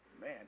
man